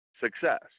success